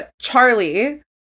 Charlie